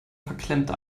verklemmte